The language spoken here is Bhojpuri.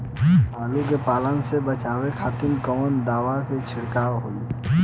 आलू के पाला से बचावे के खातिर कवन दवा के छिड़काव होई?